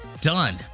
done